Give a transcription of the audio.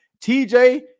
TJ